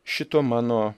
šito mano